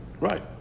Right